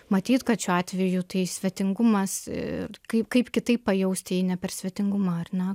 matyt kad šiuo atveju tai svetingumas ir kaip kaip kitaip pajausti jei ne per svetingumą ar ne